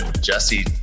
Jesse